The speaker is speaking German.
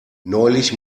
neulich